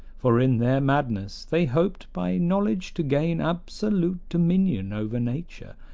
for in their madness they hoped by knowledge to gain absolute dominion over nature,